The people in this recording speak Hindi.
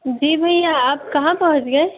जी भैया आप कहाँ पहुंच गए